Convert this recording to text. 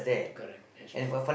correct that's true